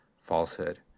falsehood